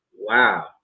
Wow